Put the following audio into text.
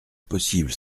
possible